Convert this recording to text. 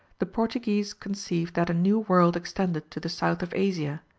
the portuguese conceived that a new world extended to the south of asia.